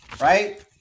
right